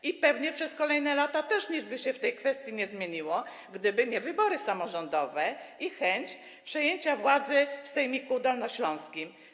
I pewnie przez kolejne lata też nic by się w tej kwestii nie zmieniło, gdyby nie wybory samorządowe i chęć przejęcia władzy w sejmiku dolnośląskim.